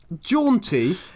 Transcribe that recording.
jaunty